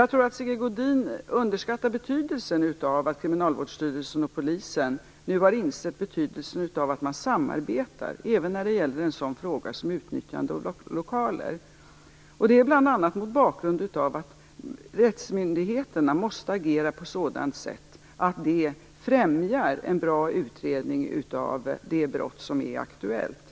Jag tror att Sigge Godin underskattar betydelsen av att Kriminalvårdsstyrelsen och Polisen nu har insett betydelsen av att samarbeta, även när det gäller en sådan fråga som utnyttjande av lokaler. Detta skall ses bl.a. mot bakgrund av att rättsmyndigheterna måste agera på sådant sätt att de främjar en bra utredning av det brott som är aktuellt.